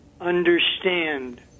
understand